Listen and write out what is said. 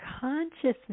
consciousness